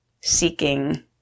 seeking